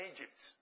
Egypt